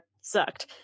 sucked